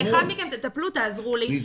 אחד מכם תטפלו, תעזרו לי.